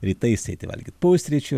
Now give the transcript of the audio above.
rytais eiti valgyt pusryčių